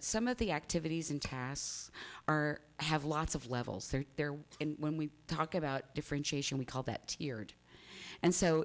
some of the activities and tasks are have lots of levels they're there and when we talk about differentiation we call that tiered and so